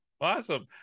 awesome